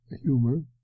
humor